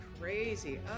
crazy